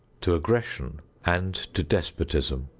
to aggression and to despotism.